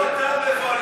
תראה איפה אתה ואיפה אני.